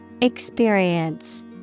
Experience